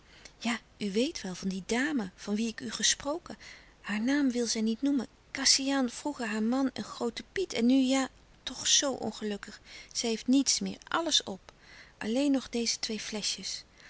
u weet wel van die dame van wie ik u gesproken haar naam wil zij niet noemen kassian vroeger haar man een groote piet en nu ja toch zoo ongelukkig zij heeft niets meer alles op alleen nog deze twee fleschjes